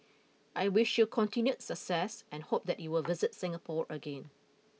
I wish you continued success and hope that you will visit Singapore again